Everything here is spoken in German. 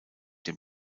dem